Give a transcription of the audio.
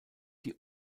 die